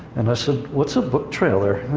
and i said, what's a book trailer?